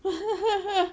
!wah!